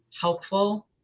helpful